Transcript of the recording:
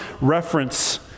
reference